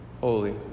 Holy